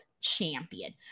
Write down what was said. champion